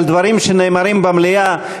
על דברים שנאמרים במליאה,